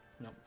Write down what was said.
No